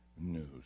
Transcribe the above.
news